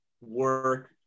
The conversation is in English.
work